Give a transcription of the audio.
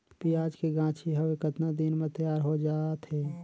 पियाज के गाछी हवे कतना दिन म तैयार हों जा थे?